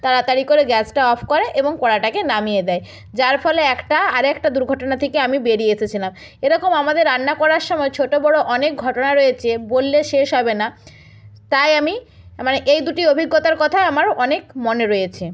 তাড়াতাড়ি করে গ্যাসটা অফ করে এবং কড়াটাকে নামিয়ে দেয় যার ফলে একটা আরেকটা দুর্ঘটনা থেকে আমি বেরিয়ে এসেছিলাম এরকম আমাদের রান্না করার সময় ছোটো বড়ো অনেক ঘটনা রয়েচে বললে শেষ হবে না তাই আমি মানে এই দুটি অভিজ্ঞতার কথা আমার অনেক মনে রয়েছে